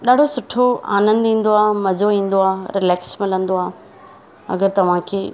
ॾाढो सुठो आनंदु ईंदो आहे मज़ो ईंदो आहे रिलैक्स मिलंदो आहे अगरि तव्हांखे